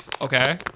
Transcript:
okay